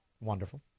Wonderful